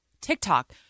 TikTok